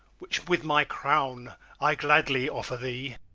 which with my crown i gladly offer thee.